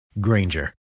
Granger